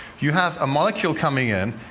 you have a molecule coming in,